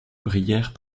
brillèrent